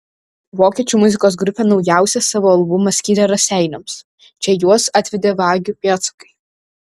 vokiečių muzikos grupė naujausią savo albumą skyrė raseiniams čia juos atvedė vagių pėdsakai